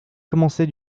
commencé